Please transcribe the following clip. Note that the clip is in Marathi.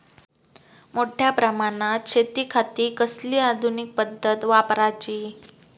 मोठ्या प्रमानात शेतिखाती कसली आधूनिक पद्धत वापराची?